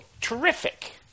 Terrific